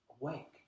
awake